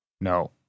No